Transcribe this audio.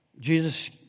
Jesus